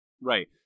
Right